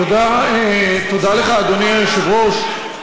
תודה לך, אדוני היושב-ראש.